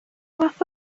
fath